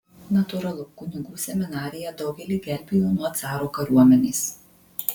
natūralu kunigų seminarija daugelį gelbėjo nuo caro kariuomenės